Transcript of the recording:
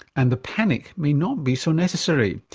and the panic may not be so necessary.